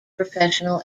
professional